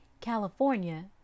California